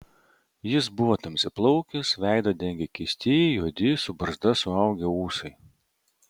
jis buvo tamsiaplaukis veidą dengė keisti juodi su barzda suaugę ūsai